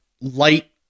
light